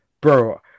Bro